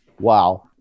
Wow